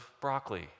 broccoli